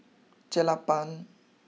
Jelapang